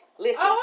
Listen